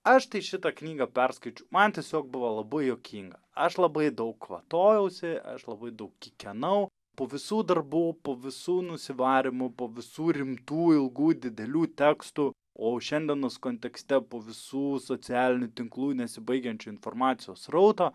aš tai šitą knygą perskaičiau man tiesiog buvo labai juokinga aš labai daug kvatojausi aš labai daug kikenau po visų darbų po visų nusivarymų po visų rimtų ilgų didelių tekstų o šiandienos kontekste po visų socialinių tinklų nesibaigiančių informacijos srauto